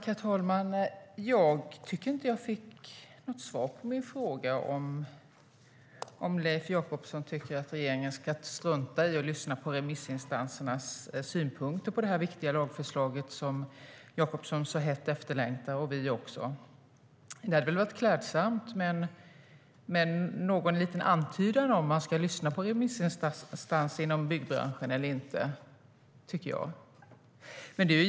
Herr talman! Jag tycker inte att jag fick något svar på min fråga om Leif Jakobsson tycker att regeringen ska strunta i att lyssna på remissinstansernas synpunkter på det här viktiga lagförslaget, som Jakobsson, och också vi, så hett efterlängtar. Det hade varit klädsamt med en liten antydan om man ska lyssna på remissinstanserna inom byggbranschen eller inte, tycker jag.